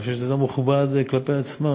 אני חושב שזה לא מכובד כלפי עצמם,